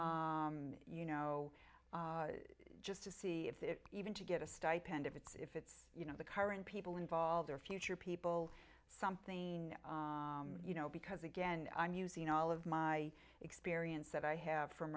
you know just to see if they even to get a stipend if it's if it's you know the car and people involved are future people something you know because again i'm using all of my experience that i have from